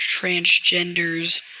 transgenders